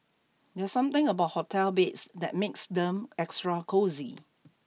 there's something about hotel beds that makes them extra cosy